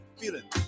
feeling